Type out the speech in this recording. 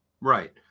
Right